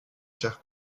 cher